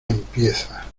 empieza